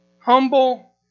Humble